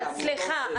סליחה,